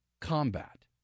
combat